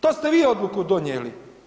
To ste vi odluku donijeli.